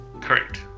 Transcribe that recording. Correct